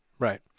Right